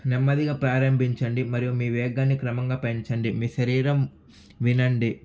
నెమ్మదిగా ప్రారంభించండి మరియు మీ వేగాన్ని క్రమంగా పెంచండి మీ శరీరం వినండి